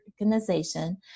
organization